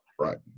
Right